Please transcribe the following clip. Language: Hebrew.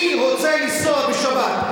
אני רוצה לנסוע בשבת.